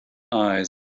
eyes